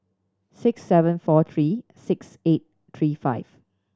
six seven four three six eight three five